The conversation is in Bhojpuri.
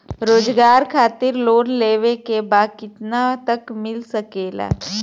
रोजगार खातिर लोन लेवेके बा कितना तक मिल सकेला?